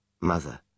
Mother